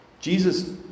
Jesus